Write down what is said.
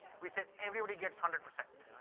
we said, everybody gets hundred percent.